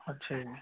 ਅੱਛਾ ਜੀ